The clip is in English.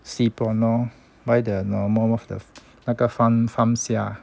sea prawns lor buy the normal the 那个 farm farm 虾